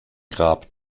grab